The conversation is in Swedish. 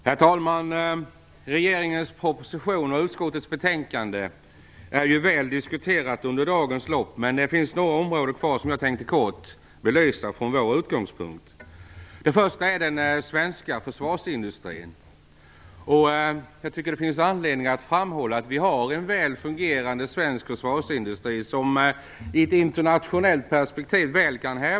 Herr talman! Regeringens proposition och utskottets betänkande har blivit väl diskuterade under dagens lopp. Det finns några områden kvar som jag kortfattat tänkte belysa från vår utgångspunkt. Det gäller till att börja med den svenska försvarsindustrin. Jag tycker att det finns anledning att framhålla att vi har en väl fungerande svensk försvarsindustri som kan hävda sig väl i ett internationellt perspektiv.